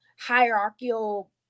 hierarchical